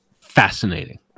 fascinating